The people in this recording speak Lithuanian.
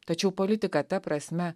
tačiau politika ta prasme